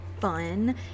fun